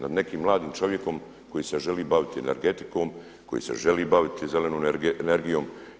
Nad nekim mladim čovjekom koji se želi baviti energetikom, koji se želi baviti zelenom energijom.